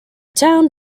town